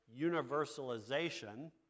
universalization